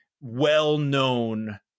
well-known